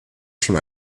schon